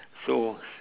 so